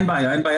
אין בעיה.